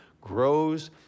grows